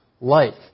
life